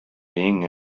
being